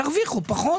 תרוויחו פחות